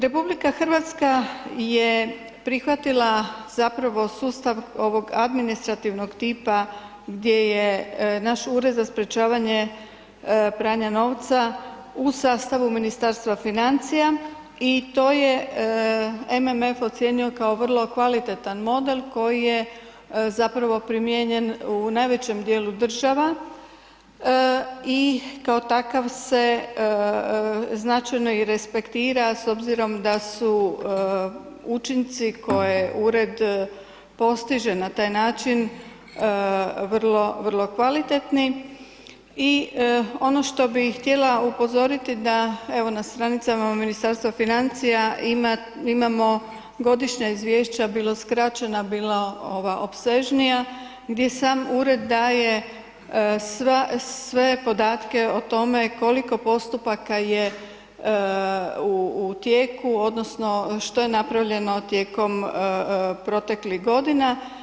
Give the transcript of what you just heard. RH je prihvatila zapravo sustav ovog administrativnog tipa gdje je naš Ured za sprječavanje pranja novca u sastavu Ministarstva financija i to je MMF ocijenio kao vrlo kvalitetan model koji je zapravo primijenjen u najvećem dijelu država i kao takav se značajno i respektira s obzirom da su učinci koje ured postiže na taj način vrlo, vrlo kvaliteti i ono što bi htjela upozoriti da evo na stranicama Ministarstva financija ima, imamo godišnja izvješća, bilo skraćena bilo ova opsežnija gdje sam ured daje sve podatke o tome koliko postupaka je u tijeku odnosno što je napravljeno tijekom proteklih godina.